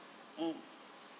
mm